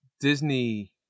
Disney